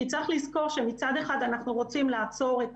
כי צריך לזכור שמצד אחד אנחנו רוצים לעצור את